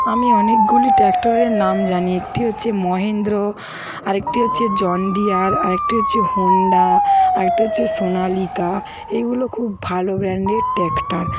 আমি অনেকগুলি ট্র্যাক্টরের নাম জানি একটি হচ্ছে মহেন্দ্র আরেকটি হচ্ছে জন ডিয়ার আরেকটি হচ্ছে হোন্ডা আরেকটা হচ্ছে সোনালিকা এগুলো খুব ভালো ব্র্যান্ডের ট্র্যাক্টর